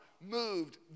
moved